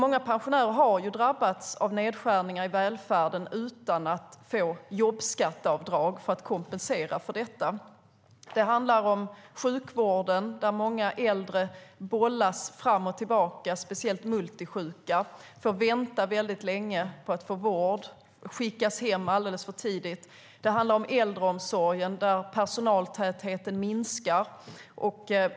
Många pensionärer har drabbats av nedskärningar i välfärden utan att få jobbskatteavdrag som kompensation. Det handlar om sjukvården där många äldre, särskilt de multisjuka, bollas fram och tillbaka. De får vänta länge på att få vård och skickas hem alldeles för tidigt. Det handlar om äldreomsorgen där personaltätheten minskar.